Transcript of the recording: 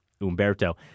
Umberto